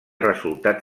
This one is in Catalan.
resultat